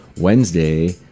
Wednesday